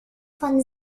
von